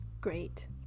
Great